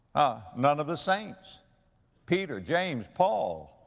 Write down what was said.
none of the saints peter, james, paul,